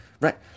Right